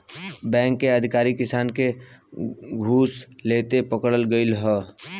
bank के अधिकारी किसान से घूस लेते पकड़ल गइल ह